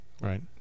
Right